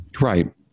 Right